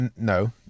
no